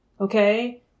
okay